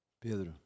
Pedro